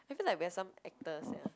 I feel like we are some actor sia